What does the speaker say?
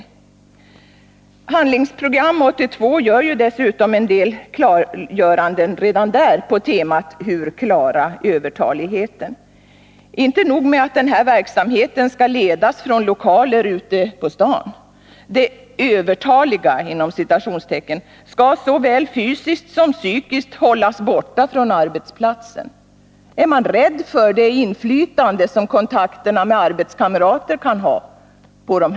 2 I Handlingsprogram 82 finns också en del klargöranden på temat Hur klara övertaligheten? Inte nog med att den här verksamheten skall ledas från lokaler ute på stan — ”de övertaliga” skall såväl fysiskt som psykiskt hållas borta från arbetsplatsen. Är man rädd för det inflytande på de här människorna som kontakterna med arbetskamrater kan ha?